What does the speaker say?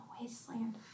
wasteland